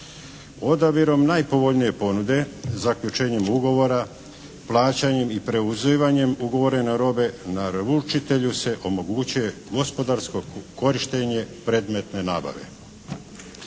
Odabirom najpovoljnije ponude, zaključenjem ugovora, plaćanjem i preuzimanjem ugovorene robe naručitelju se omogućuje gospodarsko korištenje predmetne nabave.